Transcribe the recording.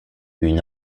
une